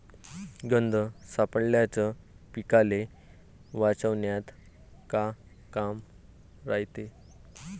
गंध सापळ्याचं पीकाले वाचवन्यात का काम रायते?